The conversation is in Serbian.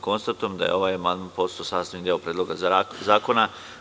Konstatujem da je i ovaj amandman postao sastavni deo Predloga zakona.